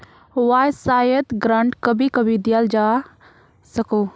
वाय्सायेत ग्रांट कभी कभी दियाल जवा सकोह